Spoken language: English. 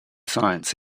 science